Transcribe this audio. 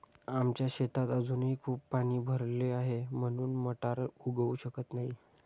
आमच्या शेतात अजूनही खूप पाणी भरले आहे, म्हणून मटार उगवू शकत नाही